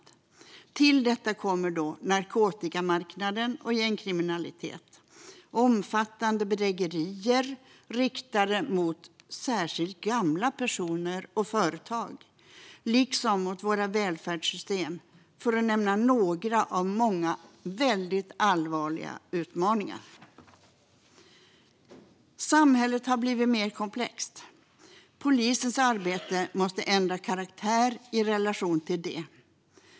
Till detta kommer narkotikamarknaden, gängkriminaliteten och omfattande bedrägerier riktade särskilt mot gamla personer och företag liksom mot våra välfärdssystem, för att nämna några av många väldigt allvarliga utmaningar. Samhället har blivit mer komplext. Polisens arbete måste ändra karaktär i relation till detta.